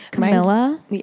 Camilla